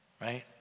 right